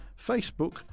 Facebook